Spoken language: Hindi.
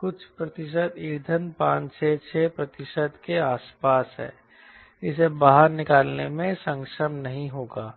कुछ प्रतिशत ईंधन 5 6 प्रतिशत के आसपास है इसे बाहर निकालने में सक्षम नहीं होगा